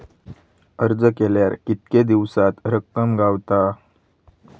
अर्ज केल्यार कीतके दिवसात रक्कम गावता?